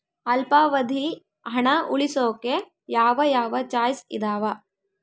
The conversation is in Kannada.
ಅಲ್ಪಾವಧಿ ಹಣ ಉಳಿಸೋಕೆ ಯಾವ ಯಾವ ಚಾಯ್ಸ್ ಇದಾವ?